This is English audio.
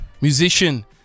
Musician